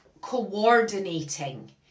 coordinating